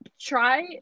try